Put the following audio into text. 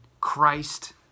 Christ